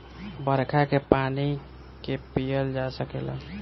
बरखा के पानी के पिअल जा सकेला